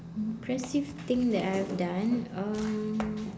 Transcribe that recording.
impressive thing that I have done um